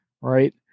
right